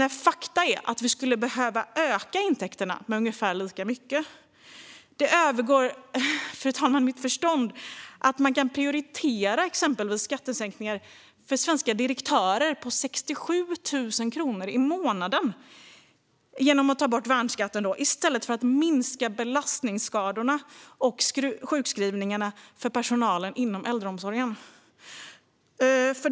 Faktum är att vi skulle behöva öka intäkterna med ungefär lika mycket. Fru talman! Det övergår mitt förstånd att man kan prioritera exempelvis skattesänkningar för svenska direktörer med 67 000 kronor i månaden, genom att ta bort värnskatten, i stället för att minska belastningsskadorna och sjukskrivningarna för personalen i äldreomsorgen.